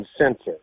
sensor